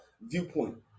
viewpoint